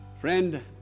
Friend